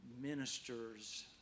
ministers